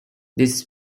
this